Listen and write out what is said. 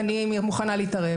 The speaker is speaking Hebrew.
מוכנה להתערב.